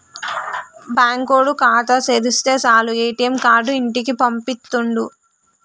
బాంకోడు ఖాతా తెరిస్తె సాలు ఏ.టి.ఎమ్ కార్డు ఇంటికి పంపిత్తుండు